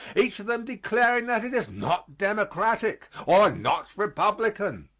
each of them declaring that it is not democratic or not republican.